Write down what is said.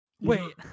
Wait